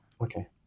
Okay